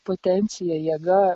potencija jėga